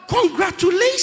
congratulations